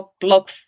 blog